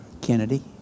Kennedy